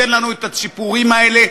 תן לנו את הצ'יפורים האלה,